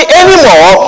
anymore